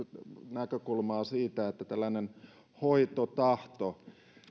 näkökulmaa siitä että tällainen hoitotahto